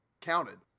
counted